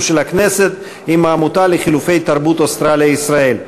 הכנסת והעמותה לחילופי תרבות אוסטרליה ישראל.